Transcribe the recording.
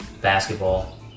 basketball